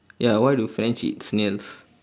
ya why do french eat snails